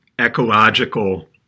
ecological